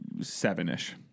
seven-ish